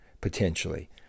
potentially